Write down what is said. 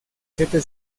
siete